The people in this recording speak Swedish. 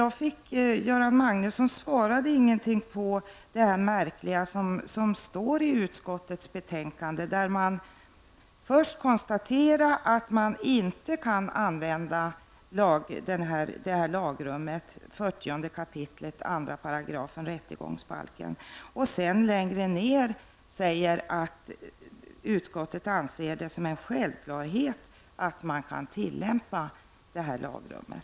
Göran Magnusson sade ingenting om det märkliga som står i utskottets betänkande, nämligen att det där först konstateras att man inte kan använda lagrummet 40 kap. 2 § rättegångsbalken och längre ner sägs att utskottet anser det som en självklarhet att man kan tillämpa det här lagrummet.